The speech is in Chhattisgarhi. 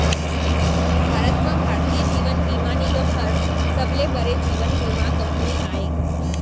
भारत म भारतीय जीवन बीमा निगम हर सबले बड़े जीवन बीमा कंपनी आय